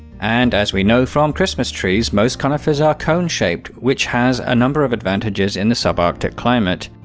and as we know from christmas trees, most conifers are cone-shaped, which has a number of advantages in the subarctic climate.